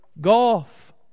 golf